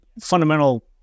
fundamental